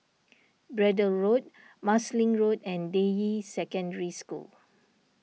Braddell Road Marsiling Road and Deyi Secondary School